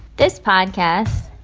this podcast.